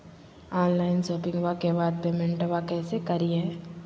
Online शोपिंग्बा के बाद पेमेंटबा कैसे करीय?